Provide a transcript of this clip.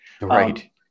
right